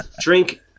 drink